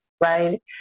right